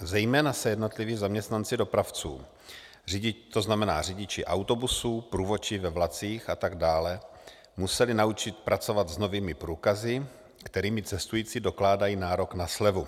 Zejména se jednotliví zaměstnanci dopravců, to znamená řidiči autobusů, průvodčí ve vlacích a tak dále, museli naučit pracovat s novými průkazy, kterými cestující dokládají nárok na slevu.